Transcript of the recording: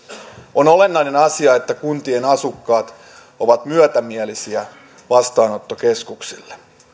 on olennainen asia että kuntien asukkaat ovat myötämielisiä vastaanottokeskuksille